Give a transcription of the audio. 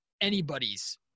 anybody's